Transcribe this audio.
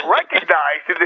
recognized